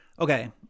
Okay